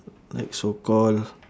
like so call